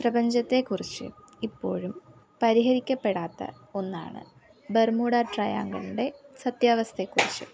പ്രപഞ്ചത്തെക്കുറിച്ച് ഇപ്പോഴും പരിഹരിക്കപ്പെടാത്ത ഒന്നാണ് ബെർമൂഡ ട്രയാങ്കിളുടെ സത്യാവസ്ഥയെക്കുറിച്ച്